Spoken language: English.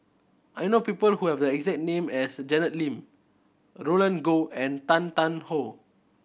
I know people who have the exact name as Janet Lim Roland Goh and Tan Tarn How